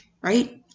right